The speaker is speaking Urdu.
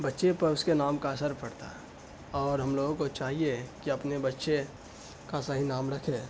بچے پر اس کے نام کا اثر پڑتا ہے اور ہم لوگوں کو چاہیے کہ اپنے بچے کا صحیح نام رکھیں